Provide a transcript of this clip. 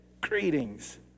Greetings